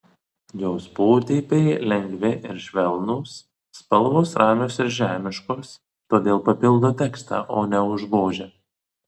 jos potėpiai lengvi ir švelnūs spalvos ramios ir žemiškos todėl papildo tekstą o ne užgožia